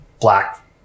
black